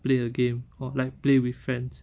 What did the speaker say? play a game or like play with friends